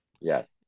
Yes